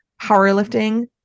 Powerlifting